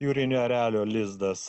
jūrinio erelio lizdas